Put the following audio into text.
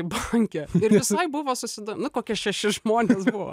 banke ir visai buvo susida nu kokie šeši žmonės buvo